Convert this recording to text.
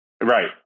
Right